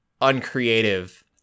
uncreative